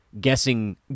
guessing